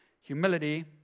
humility